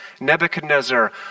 Nebuchadnezzar